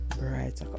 Right